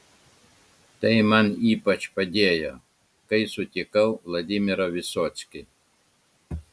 tai man ypač padėjo kai sutikau vladimirą vysockį